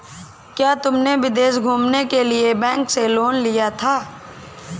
क्या तुमने विदेश घूमने के लिए बैंक से लोन लिया था?